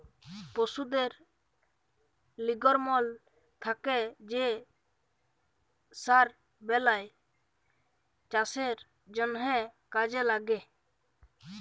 পশুদের লির্গমল থ্যাকে যে সার বেলায় চাষের জ্যনহে কাজে ল্যাগে